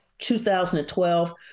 2012